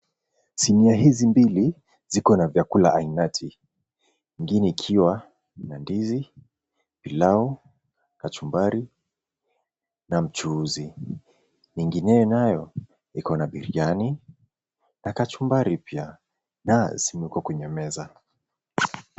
Sinia hizi mbili ziko na vyakula ainati ingine ikiwa na ndizi, pilau, kachumbari na mchuzi . Nyingineyo nayo iko na biriani na kachumbari pia na zimewekwa kwenye meza.